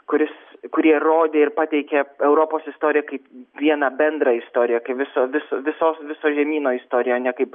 kuris kurie rodė ir pateikė europos istoriją kaip vieną bendrą istoriją kaip viso vis visos viso žemyno istoriją o ne kaip